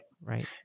Right